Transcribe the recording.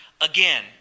again